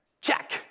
check